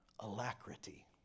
alacrity